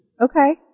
Okay